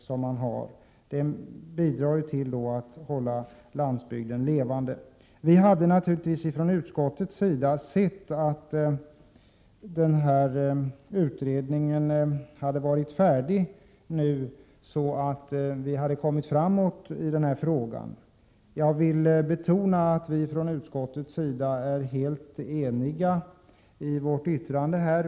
Sådant bidrar ju till att hålla landsbygden levande. Från utskottets sida hade vi naturligtvis gärna sett att den aktuella utredningen hade varit färdig med sitt arbete. Då hade vi kunnat komma framåt i frågan. Jag vill betona att vi i bostadsutskottet är helt eniga i vår skrivning.